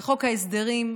וחוק ההסדרים,